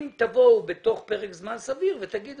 תמצאו פתרון ונראה